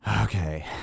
Okay